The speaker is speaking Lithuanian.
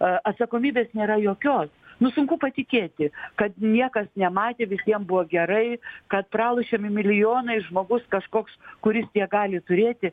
atsakomybės nėra jokios nu sunku patikėti kad niekas nematė visiem buvo gerai kad pralošiami milijonai žmogus kažkoks kuris tiek gali turėti